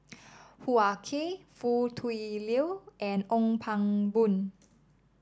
Hoo Ah Kay Foo Tui Liew and Ong Pang Boon